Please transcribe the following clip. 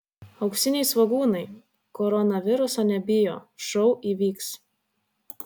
auksiniai svogūnai koronaviruso nebijo šou įvyks